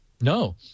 no